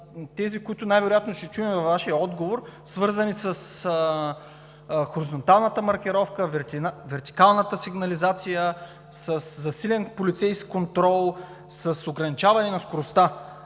онези, които най-вероятно ще чуем във Вашия отговор, свързани с хоризонталната маркировка, с вертикалната сигнализация, със засилен полицейски контрол, с ограничаване на скоростта.